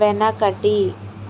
వెనకటి